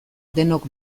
denok